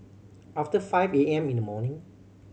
after five A M in the morning